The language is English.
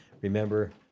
Remember